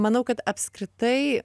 manau kad apskritai